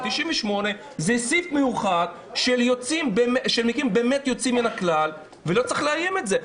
98 זה סעיף מיוחד של מקרים יוצאים מן הכלל ולא צריך לאיים על זה.